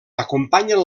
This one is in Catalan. acompanyen